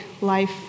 life